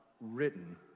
written